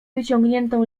wyciągniętą